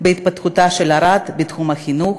בהתפתחותה של ערד, בתחום החינוך,